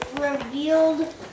revealed